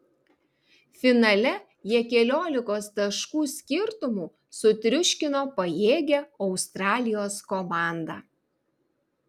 finale jie keliolikos taškų skirtumu sutriuškino pajėgią australijos komandą